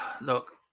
look